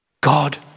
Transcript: God